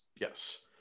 Yes